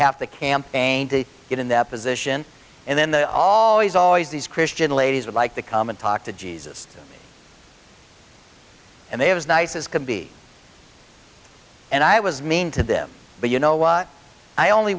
have to campaign to get in that position and then the all these always these christian ladies would like to come and talk to jesus and they have as nice as can be and i was mean to them but you know what i only